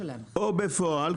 בפועל,